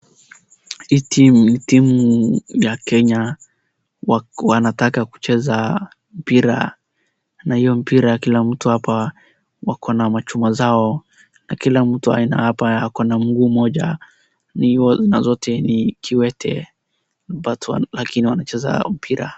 Hii ni timu ya Kenya wanataka kucheza mpira na hiyo mpira kila mtu hapa wako na machuma zao na kila mtu hapa ako na mguu mmoja na wote ni viwete lakini wanacheza mpira.